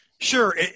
Sure